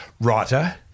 writer